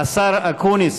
השר אקוניס,